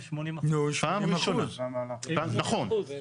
נו, 80%. נכון.